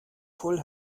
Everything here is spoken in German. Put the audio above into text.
voll